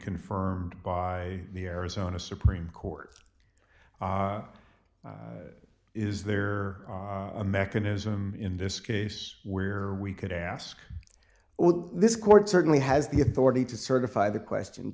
confirmed by the arizona supreme court is there a mechanism in this case where we could ask well this court certainly has the authority to certify the question